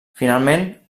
finalment